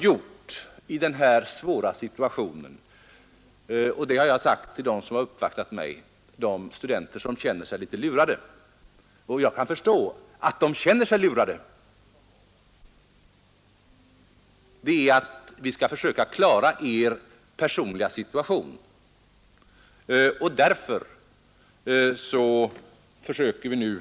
Jag har sagt till dem som uppvaktat mig, studenter som känner sig litet lurade — och jag kan förstå att de känner sig lurade — att vad vi kan göra i den här svåra situationen är att försöka klara deras personliga läge.